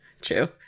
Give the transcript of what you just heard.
True